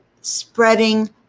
spreading